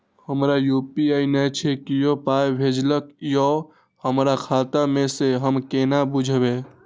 हमरा यू.पी.आई नय छै कियो पाय भेजलक यै हमरा खाता मे से हम केना बुझबै?